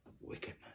wickedness